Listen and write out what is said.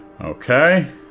Okay